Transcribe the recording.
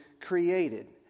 created